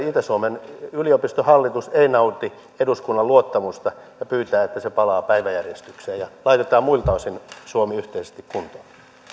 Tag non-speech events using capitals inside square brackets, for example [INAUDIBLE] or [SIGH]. [UNINTELLIGIBLE] itä suomen yliopiston hallitus ei nauti eduskunnan luottamusta ja pyytää että se palaa päiväjärjestykseen ja laitetaan muilta osin suomi yhteisesti kuntoon arvoisa